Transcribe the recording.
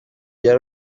bya